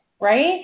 right